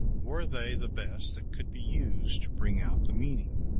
were they the best that could be used to bring out the meaning?